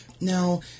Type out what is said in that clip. now